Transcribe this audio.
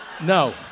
No